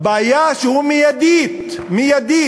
הבעיה היא שהוא מייד, מייד,